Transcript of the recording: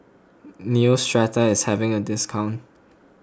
Neostrata is having a discount